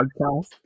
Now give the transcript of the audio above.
podcast